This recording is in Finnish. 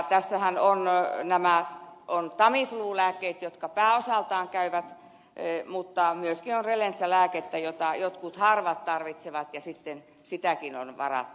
tässähän on tamiflu lääkkeet jotka pääosaltaan käyvät mutta on myöskin relenza lääkettä jota jotkut harvat tarvitsevat ja sitten sitäkin on varattu